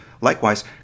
Likewise